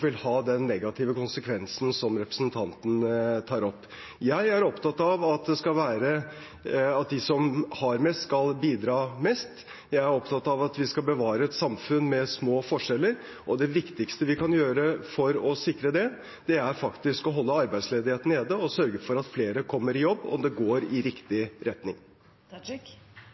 den negative konsekvensen representanten tar opp. Jeg er opptatt av at de som har mest, skal bidra mest. Jeg er opptatt av at vi skal bevare et samfunn med små forskjeller, og det viktigste vi kan gjøre for å sikre det, er faktisk å holde arbeidsledigheten nede og sørge for at flere kommer i jobb. Og det går i riktig